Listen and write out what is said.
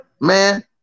man